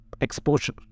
exposure